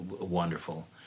wonderful